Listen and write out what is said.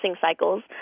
cycles